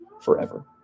forever